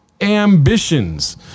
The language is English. ambitions